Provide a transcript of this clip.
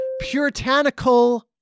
puritanical